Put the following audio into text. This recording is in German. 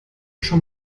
schon